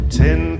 ten